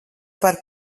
par